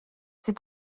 sie